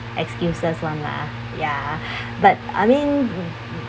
excuses [one] lah ya but I mean